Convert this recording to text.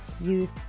youth